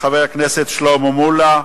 לחבר הכנסת שלמה מולה.